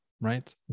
right